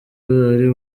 ari